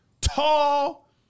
tall